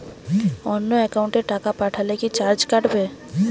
অন্য একাউন্টে টাকা পাঠালে কি চার্জ কাটবে?